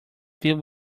filled